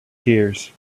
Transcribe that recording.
tears